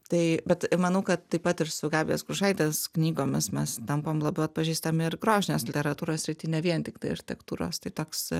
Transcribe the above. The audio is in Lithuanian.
tai bet manau kad taip pat ir su gabijos grušaitės knygomis mes tampam labiau atpažįstami ir grožinės literatūros srity vien tiktai architektūros tai toks